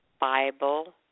Bible